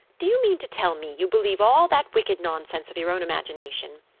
do you mean to tell me you believe all that wicked nonsense of your own imagination?